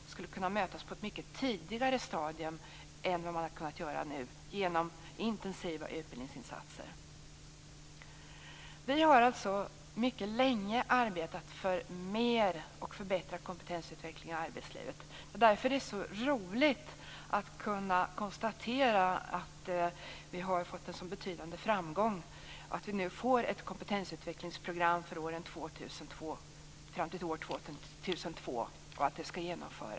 De skulle kunna mötas på ett tidigare stadium än vad som sker nu genom intensiva utbildningsinsatser. Vi har länge arbetat för mer och förbättrad kompetensutveckling i arbetslivet. Därför är det så roligt att kunna konstatera att vi har fått en så betydande framgång att vi får ett kompetensutvecklingsprogram fram till år 2002.